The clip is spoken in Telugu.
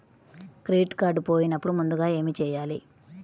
క్రెడిట్ కార్డ్ పోయినపుడు ముందుగా ఏమి చేయాలి?